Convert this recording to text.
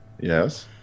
Yes